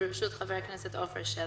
בראשות חבר הכנסת עפר שלח,